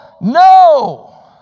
No